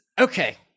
Okay